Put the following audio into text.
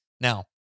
Now